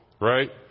Right